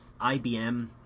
IBM